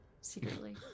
secretly